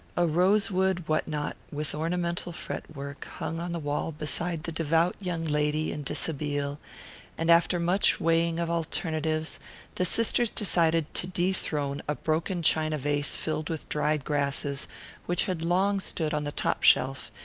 a rosewood what-not with ornamental fret-work hung on the wall beside the devout young lady in dishabille, and after much weighing of alternatives the sisters decided to dethrone a broken china vase filled with dried grasses which had long stood on the top shelf,